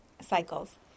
Cycles